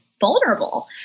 vulnerable